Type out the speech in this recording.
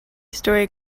storey